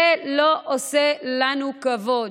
זה לא עושה לנו כבוד.